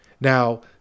Now